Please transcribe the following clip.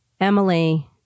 Emily